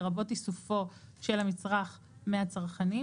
לרבות איסופו של המצרך מהצרכנים,